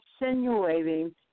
insinuating